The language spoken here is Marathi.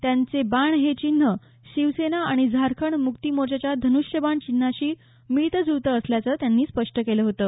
त्यांचे बाण हे चिन्ह शिवसेना आणि झारखंड मुक्तीमोर्चाच्या धनुष्य बाण चिन्हाशी मिळतं जुळतं असल्याचे त्यांनी स्पष्ट केलं होतं